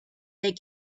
they